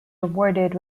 rewarded